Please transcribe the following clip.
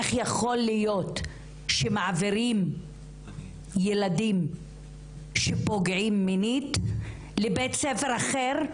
איך יכול להיות שמעבירים ילדים שפוגעים מינית לבית ספר אחר,